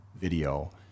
video